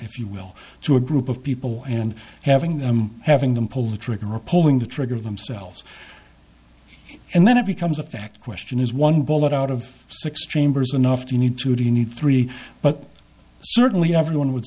if you will to a group of people and having them having them pull the trigger polling to trigger themselves and then it becomes a fact weston is one bullet out of six chambers enough to need to do you need three but certainly everyone would